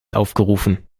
aufgerufen